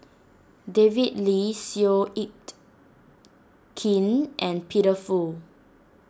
David Lee Seow Yit Kin and Peter Fu